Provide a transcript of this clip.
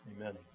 Amen